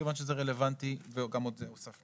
כיוון שזה רלוונטי וגם את זה הוספנו.